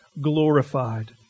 glorified